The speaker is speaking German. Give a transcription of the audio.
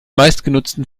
meistgenutzten